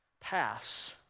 pass